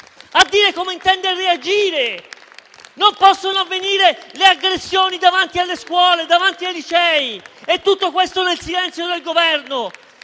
A dire come intende reagire! Non possono avvenire le aggressioni davanti alle scuole, davanti ai licei, e tutto questo nel silenzio del Governo.